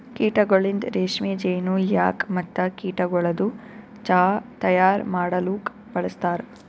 ಕೀಟಗೊಳಿಂದ್ ರೇಷ್ಮೆ, ಜೇನು, ಲ್ಯಾಕ್ ಮತ್ತ ಕೀಟಗೊಳದು ಚಾಹ್ ತೈಯಾರ್ ಮಾಡಲೂಕ್ ಬಳಸ್ತಾರ್